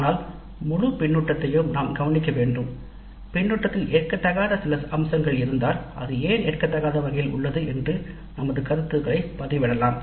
ஆனால் முழு கருத்தையும் நாம் கவனிக்க வேண்டும்பின்னூட்டத்தில் ஏற்கத் தகாத சில அம்சங்கள் இருந்தால் அது ஏன் ஏற்கத் தகாத வகையில் உள்ளது என்று நமது கருத்துக்களை பதிவிடலாம்